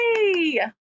yay